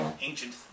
ancient